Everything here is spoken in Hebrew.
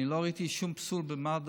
אני לא ראיתי שום פסול במד"א,